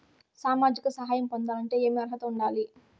సామాజిక సహాయం పొందాలంటే ఏమి అర్హత ఉండాలి?